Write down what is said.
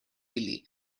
ili